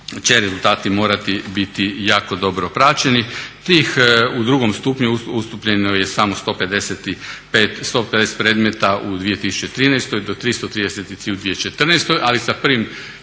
će rezultati morati biti jako dobro praćeni. Tih u drugom stupnju ustupljeno je samo 150 predmeta u 2013. do 333 u 2014., ali sa 1.04.